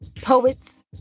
poets